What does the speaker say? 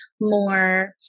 more